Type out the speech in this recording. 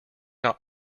not